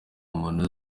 muntu